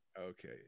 okay